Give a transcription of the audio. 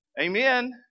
Amen